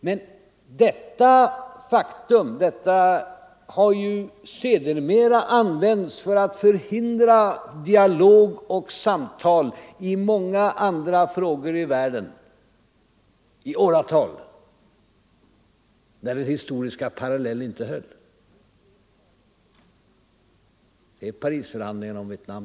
Men detta faktum har sedermera använts för att i åratal förhindra dialog och samtal i många frågor och på många håll i världen där den historiska parallellen inte höll. på Parisförhandlingarna om Vietnam!